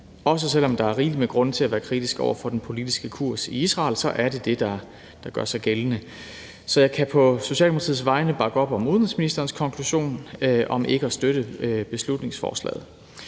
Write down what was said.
Også selv om der er rigeligt med grunde til at være kritisk over for den politiske kurs i Israel, er det det, der gør sig gældende. Så jeg kan på Socialdemokratiets vegne bakke op om udenrigsministerens konklusion om ikke at støtte beslutningsforslaget.